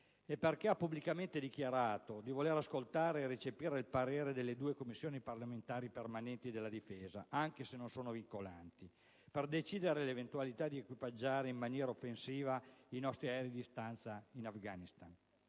perché ha pubblicamente dichiarato di voler ascoltare e recepire il parere delle Commissioni difesa del Senato e della Camera (anche se non è vincolante) per decidere sull'eventualità di equipaggiare in maniera offensiva i nostri aerei di stanza in Afghanistan,